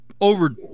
over